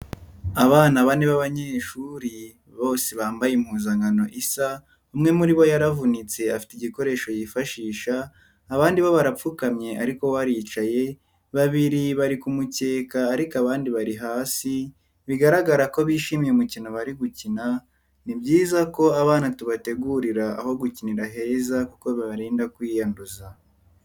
Abana bane b'abanyeshuri bose bambaye impuzankano isa, umwe muri bo yaravunitse afite igikoresho yifashisha, abandi bo barapfukamye ariko we aricaye, babiri bari ku mukeka ariko abandi bari hasi, bigaragara ko bishimiye umukino bari gukina, ni byiza ko abana tubategurira aho gukinira heza kuko bibarinda kwiyanduza.